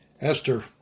Esther